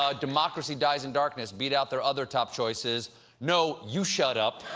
ah democracy dies in darkness beat out their other top choices no you shut up!